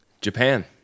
Japan